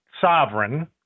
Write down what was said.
sovereign